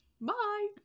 Bye